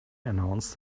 announced